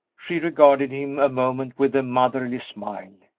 she regarded him a moment with a motherly smile.